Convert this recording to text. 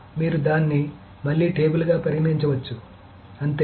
మీరు దాన్ని మళ్లీ టేబుల్ గా పరిగణించవచ్చు అంతే